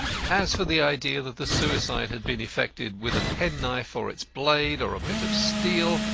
as for the idea that the suicide had been effected with a penknife or its blade, or a bit of steel,